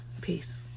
Peace